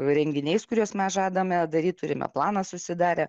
renginiais kuriuos mes žadame daryt turime planą susidarę